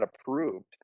approved